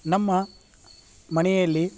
ನಮ್ಮ ಮನೆಯಲ್ಲಿ